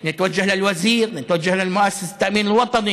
( כדי להקדים את מועדי התשלומים.